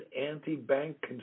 anti-bank